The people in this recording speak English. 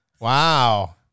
Wow